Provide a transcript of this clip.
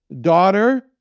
daughter